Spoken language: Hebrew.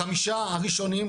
החמישה הראשונים,